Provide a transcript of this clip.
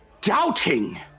doubting